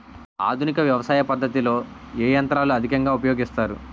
ఆధునిక వ్యవసయ పద్ధతిలో ఏ ఏ యంత్రాలు అధికంగా ఉపయోగిస్తారు?